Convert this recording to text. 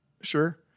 Sure